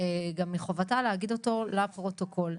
גם מחובתה להגיד אותו לפרוטוקול.